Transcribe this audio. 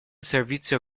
servizio